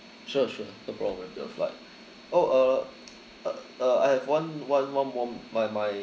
sure sure no problem with they flight oh uh uh uh I have one one more my my